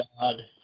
God